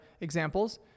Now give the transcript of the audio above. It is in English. examples